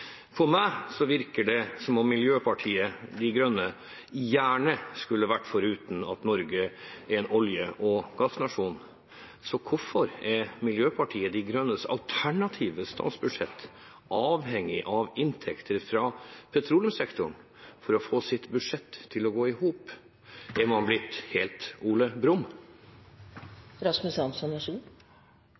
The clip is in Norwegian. På meg virker det som om Miljøpartiet De Grønne gjerne skulle vært foruten at Norge er en olje- og gassnasjon. Så hvorfor er Miljøpartiet De Grønnes alternative statsbudsjett avhengig av inntekter fra petroleumssektoren for å få det til å gå i hop? Er man blitt helt